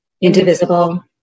indivisible